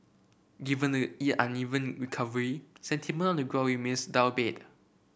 given the uneven recovery sentiment on the growing miss downbeat